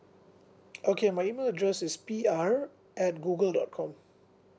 okay my email address is P R at Google dot com